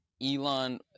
Elon